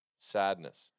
sadness